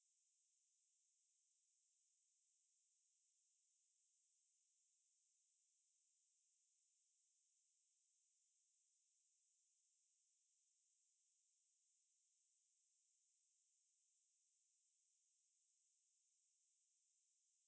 ஆமா இந்த மாசமா தெரில அது:aamaa intha maasamaa therila athu correct ah தெரில:therila but err நம்ம பிரதமர் என்ன சொன்னாருனா எல்லாருக்குமே:namma pirathamar enna sonnaarunaa ellaarukumae like இங்க வாழு நிறந்தர வாசிகளும் குடி:inga valu niranthara vaasigalum kudi like குடிமக்கள் எல்லாருக்குமே வந்து இலவசமா தராங்க ஆனா அது வந்து:kudimakkal ellaarukkumae vanthu ilavasamaa tharaanga aanaa athu vanthu